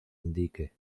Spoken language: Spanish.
indique